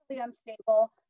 unstable